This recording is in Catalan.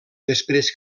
després